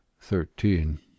thirteen